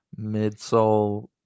midsole